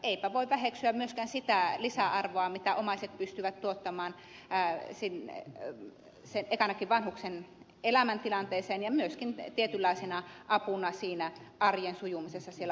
eipä voi väheksyä myöskään sitä lisäarvoa mitä omaiset pystyvät tuottamaan ensinnäkin vanhuksen elämäntilanteeseen ja myöskin tietynlaisena apuna siinä arjen sujumisessa siellä hoitolaitoksessa